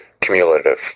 cumulative